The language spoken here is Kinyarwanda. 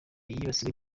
yibasiwe